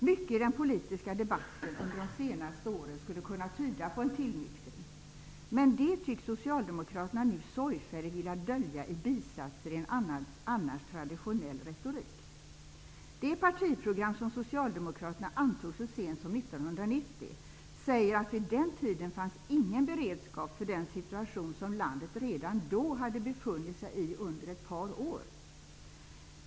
Mycket i den politiska debatten under de senaste åren skulle kunna tyda på en tillnyktring. Men det tycks socialdemokraterna nu sorgfälligt vilja dölja i bisatser i en annars traditionell retorik. Det partiprogram som socialdemokraterna antog så sent som 1990 säger att vid den tiden fanns ingen beredskap för den situation som landet redan då hade befunnit sig i under ett par år.